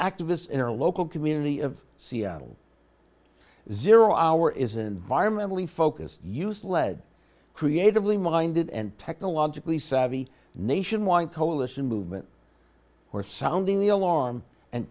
activist in her local community of seattle zero hour is environmentally focused use lead creatively minded and technologically savvy nationwide coalition movement for sounding the alarm and